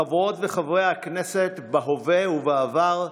חברות וחברי הכנסת בהווה ובעבר,